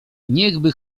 niechby